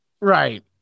Right